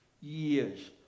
years